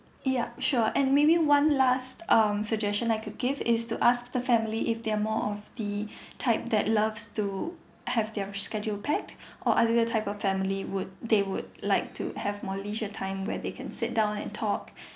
yup sure and maybe one last um suggestion I could give is to ask the family if they're more of the type that loves to have their schedule pack or other type of family would they would like to have more leisure time where they can sit down and talk